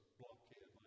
blockhead